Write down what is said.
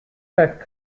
set